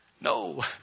No